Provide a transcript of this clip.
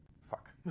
Fuck